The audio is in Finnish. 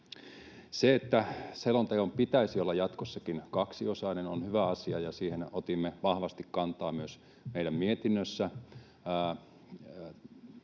Se, että selonteon pitäisi olla jatkossakin kaksiosainen, on hyvä asia, ja siihen otimme vahvasti kantaa myös meidän mietinnössä.